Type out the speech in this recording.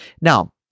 Now